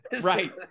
Right